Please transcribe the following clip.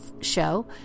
show